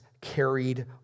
carried